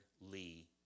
Lee